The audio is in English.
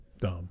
dumb